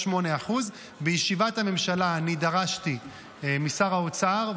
בישיבת הממשלה אני דרשתי משר האוצר,